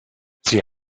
sie